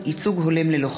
איסור תרומה על-ידי שדלן),